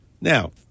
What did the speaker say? Now